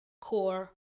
core